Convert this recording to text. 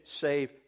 save